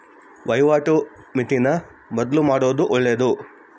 ವಹಿವಾಟು ಮಿತಿನ ಬದ್ಲುಮಾಡೊದು ಒಳ್ಳೆದು